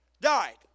died